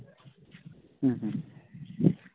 ᱦᱮᱸ ᱦᱮᱸ